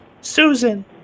Susan